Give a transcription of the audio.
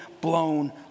blown